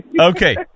Okay